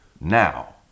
now